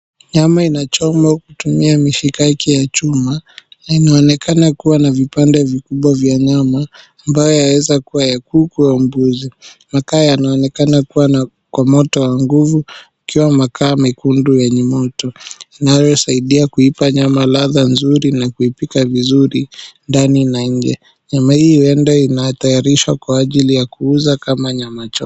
Nyama inachomwa kutumia mshikaki ya chuma, inaonekana kuwa na vipande vikubwa vya nyama ambayo yaweza kuwa ya kuku au mbuzi. Makaa yanaonekana kuwa na kwa moto wa nguvu ukiwa makaa mekundu yenye moto. Inayosaidia kuipa nyama ladha nzuri na kuipika vizuri ndani na nje. Nyama hii ndio inatayarishwa kwa ajili ya kuuza kama nyamachoma.